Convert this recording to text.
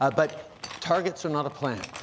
ah but targets are not a plan.